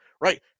right